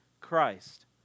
Christ